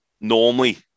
normally